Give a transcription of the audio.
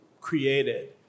created